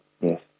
Yes